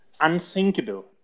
unthinkable